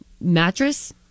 mattress